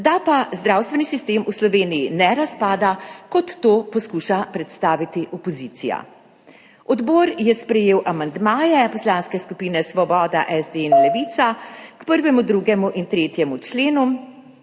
da pa zdravstveni sistem v Sloveniji ne razpada, kot to poskuša predstaviti opozicija. Odbor je sprejel amandmaje poslanskih skupin Svoboda, SD in Levica k 1., 2. in 3. členu.